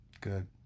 Good